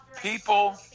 People